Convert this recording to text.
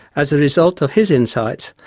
as a result of his insights,